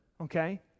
okay